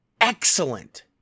Excellent